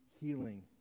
healing